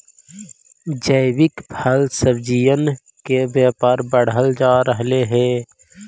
जैविक फल सब्जियन के व्यापार बढ़ल जा रहलई हे